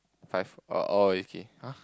five uh orh okay !huh!